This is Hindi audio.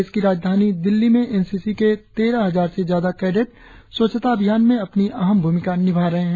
देश की राजधानी दिल्ली में एन सी सी के तेरह हजार से ज्यादा कैडेट स्वच्छता अभियान में अपनी अहम भूमिका निभा रहे है